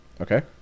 Okay